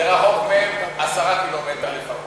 זה רחוק מהם 10 קילומטר לפחות.